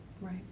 Right